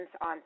on